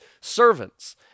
servants